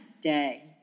day